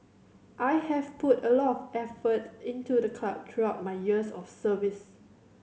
I have put a lot effort into the club throughout my years of service